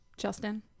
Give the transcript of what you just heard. Justin